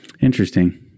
interesting